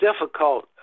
difficult